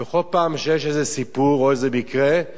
בכל פעם שיש איזה סיפור או איזה מקרה,